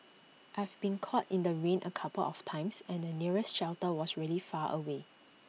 I've been caught in the rain A couple of times and the nearest shelter was really far away